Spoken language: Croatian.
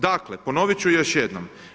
Dakle, ponovit ću još jednom.